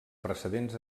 precedents